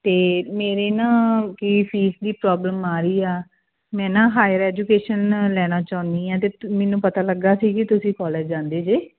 ਅਤੇ ਮੇਰੇ ਨਾ ਕੀ ਫੀਸ ਦੀ ਪ੍ਰੋਬਲਮ ਆ ਰਹੀ ਆ ਮੈਂ ਨਾ ਹਾਇਰ ਐਜੂਕੇਸ਼ਨ ਲੈਣਾ ਚਾਹੁੰਦੀ ਹਾਂ ਅਤੇ ਮੈਨੂੰ ਪਤਾ ਲੱਗਾ ਸੀ ਕਿ ਤੁਸੀਂ ਕੋਲੇਜ ਜਾਂਦੇ ਜੇ